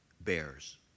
bears